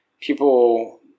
people